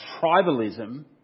tribalism